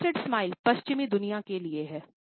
twisted इस्माइलपश्चिमी दुनिया के लिए है